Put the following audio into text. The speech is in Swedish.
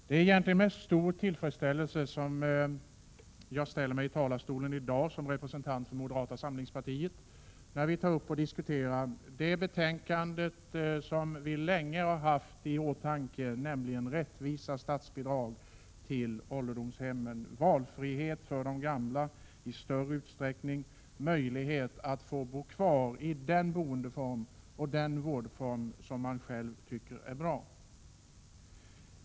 Herr talman! Det är med stor tillfredsställelse jag ställer mig i talarstolen i dag som representant för moderata samlingspartiet när vi diskuterar ett betänkande som vi länge har haft i åtanke. Betänkandet behandlar rättvisa statsbidrag till ålderdomshemmen, valfrihet för de gamla i större utsträckning och möjlighet att få bo kvar i den boendeform och den vårdform som man själv tycker är bra.